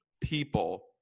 people